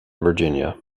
virginia